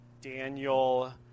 Daniel